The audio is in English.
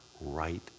right